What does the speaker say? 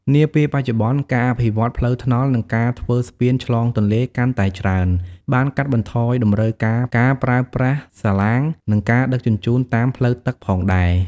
នាពេលបច្ចុប្បន្នការអភិវឌ្ឍន៍ផ្លូវថ្នល់ និងការធ្វើស្ពានឆ្លងទន្លេកាន់តែច្រើន បានកាត់បន្ថយតម្រូវការការប្រើប្រាស់សាឡាង និងការដឹកជញ្ជូនតាមផ្លូវទឹកផងដែរ។